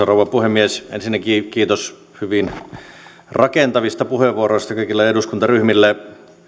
rouva puhemies ensinnäkin kiitos hyvin rakentavista puheenvuoroista kaikille eduskuntaryhmille